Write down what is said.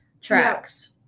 Tracks